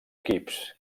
equips